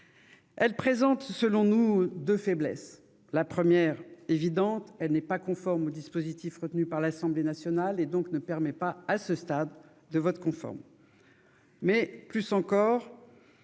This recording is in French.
présente selon nous deux faiblesses. Tout d'abord, elle n'est pas conforme au dispositif retenu à l'Assemblée nationale et ne permet pas à ce stade de vote conforme